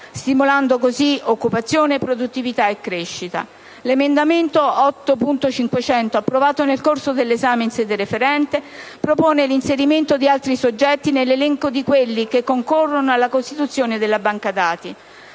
stimolando così occupazione, produttività e crescita. L'emendamento 8.500 (testo corretto), approvato nel corso dell'esame in sede referente, propone l'inserimento di altri soggetti nell'elenco di quelli che concorrono alla costituzione della banca dati.